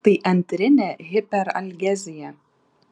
tai antrinė hiperalgezija